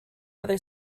other